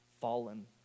fallen